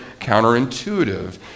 counterintuitive